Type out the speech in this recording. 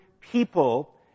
people